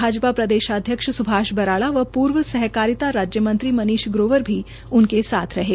भाजपा प्रदेधाध्यक्ष सुभाष बराला व पूर्व सहकारिता राज्य मंत्री मनीष ग्रोवर भी उनके साथ थे